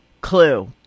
clue